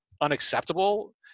unacceptable